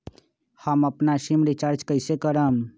हम अपन SIM recharge कइसे करम?